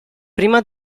prima